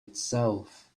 itself